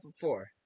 four